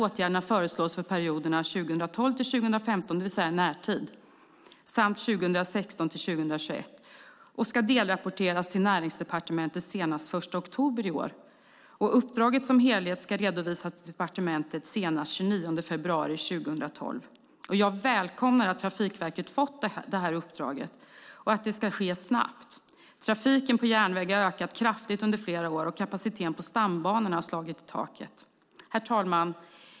Åtgärderna föreslås för perioderna 2012-2015, det vill säga i närtid, och för 2016-2021 och ska delrapporteras till Näringsdepartementet senast den 1 oktober i år. Uppdraget som helhet ska redovisas till departementet senast den 29 februari 2012. Jag välkomnar att Trafikverket har fått detta uppdrag och att det ska ske snabbt. Trafiken på järnväg har ökat kraftigt under flera år, och kapaciteten på stambanorna har slagit i taket. Herr talman!